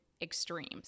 extremes